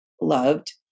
loved